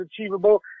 achievable